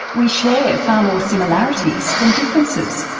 we share far more similarities than differences.